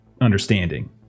understanding